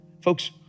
Folks